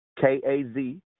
K-A-Z